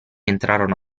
entrarono